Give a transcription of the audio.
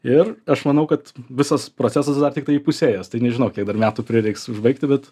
ir aš manau kad visas procesas dar tiktai įpusėjęs tai nežinau kiek dar metų prireiks užbaigti bet